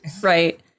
Right